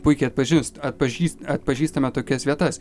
puikiai atpažins atpažįs atpažįstame tokias vietas